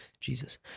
Jesus